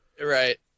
Right